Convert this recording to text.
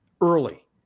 early